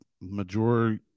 majority